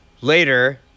later